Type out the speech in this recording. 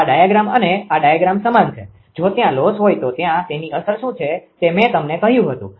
આ ડાયાગ્રામ અને આ ડાયાગ્રામ સમાન છે જો ત્યાં લોસ હોય તો ત્યાં તેની અસર શુ છે તે મેં તમને કહ્યું હતું